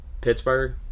Pittsburgh